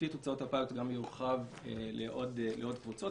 לפי תוצאות הפיילוט הוא יורחב לעוד קבוצות,